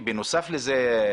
בנוסף לזה,